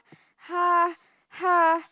haha